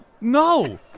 no